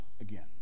again